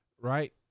right